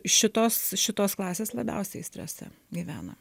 šitos šitos klasės labiausiai strese gyvena